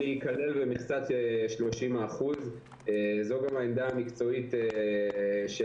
--- שהם צריכים להיכלל במכסת 30%. זו גם העמדה המקצועית שלנו,